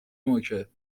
مکه